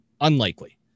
Unlikely